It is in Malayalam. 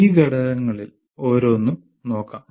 ഈ ഘടകങ്ങളിൽ ഓരോന്നും നോക്കാം